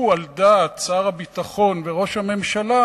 הוא על דעת שר הביטחון וראש הממשלה,